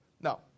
No